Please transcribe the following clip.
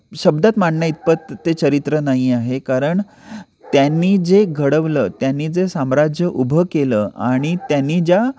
शब्दात मांडणं इतपत ते चरित्र नाही आहे कारण त्यांनी जे घडवलं त्यांनी जे साम्राज्य उभं केलं आणि त्यांनी ज्या